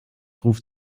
ruft